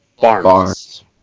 Barnes